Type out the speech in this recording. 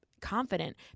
confident